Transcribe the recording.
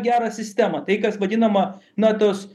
gerą sistemą tai kas vadinama na tos